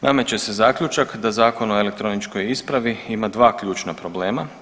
Nameće se zaključak da Zakon o elektroničkoj ispravi ima dva ključna problema.